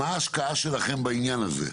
מה ההשקעה שלכם בעניין הזה?